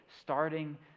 starting